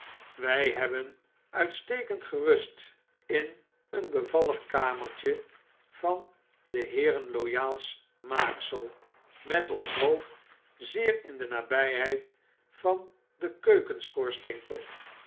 wij zelf hebben uitstekend gerust in een bevallig kamertje van des heeren loyafs maaksel met ons hoofd zeer in de nabijheid van den keukenschoorsteentop